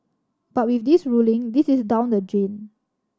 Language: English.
but with this ruling this is down the drain